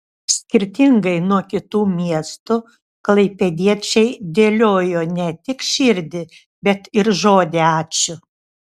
skirtingai nuo kitų miestų klaipėdiečiai dėliojo ne tik širdį bet ir žodį ačiū